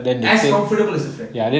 as comfortable as a friend